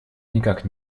никак